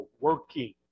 working